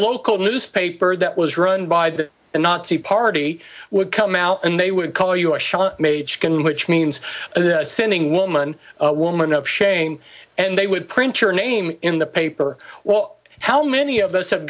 local newspaper that was run by a nazi party would come out and they would call you a shell made chicken which means sinning woman woman of shame and they would print your name in the paper well how many of us have